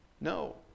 No